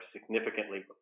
significantly